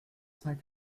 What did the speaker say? cinq